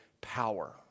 power